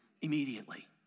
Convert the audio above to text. immediately